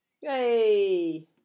Yay